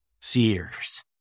Sears